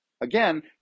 again